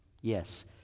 yes